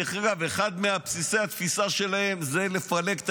אחד מבסיסי התפיסה שלהם זה לפלג את